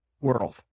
world